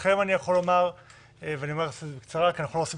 לכם אני יכול לומר - ואני אומר זאת בקצרה כי אנחנו לא עושים